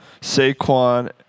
Saquon